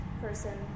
person